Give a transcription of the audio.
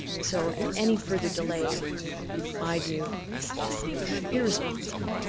so any further delay in my view is is irresponsible.